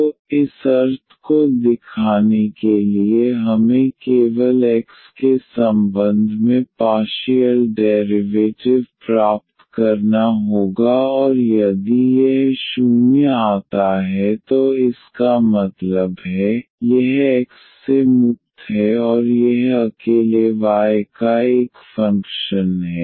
तो इस अर्थ को दिखाने के लिए हमें केवल x के संबंध में पार्शियल डेरिवेटिव प्राप्त करना होगा और यदि यह 0 आता है तो इसका मतलब है यह x से मुक्त है और यह अकेले y का एक फंक्शन है